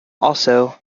also